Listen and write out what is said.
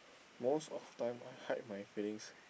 most of the time I hide my feelings